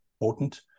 important